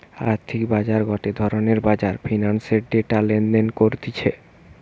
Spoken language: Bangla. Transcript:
আর্থিক বাজার গটে ধরণের বাজার ফিন্যান্সের ডেটা লেনদেন করতিছে